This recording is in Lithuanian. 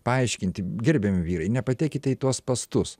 paaiškinti gerbiami vyrai nepatekite į tuos spąstus